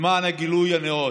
למען הגילוי הנאות,